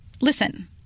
Listen